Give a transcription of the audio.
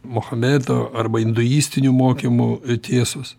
mohamedo arba induistinių mokymų tiesos